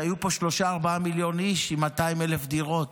שהיו פה שלושה-ארבעה מיליון איש עם 200,000 דירות.